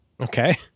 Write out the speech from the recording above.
Okay